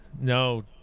No